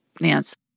Nance